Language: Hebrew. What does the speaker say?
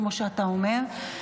כמו שאתה אומר.